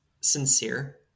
Sincere